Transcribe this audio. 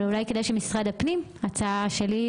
אבל אולי כדי שמשרד הפנים זאת ההצעה שלי,